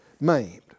maimed